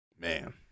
man